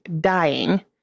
dying